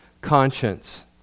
conscience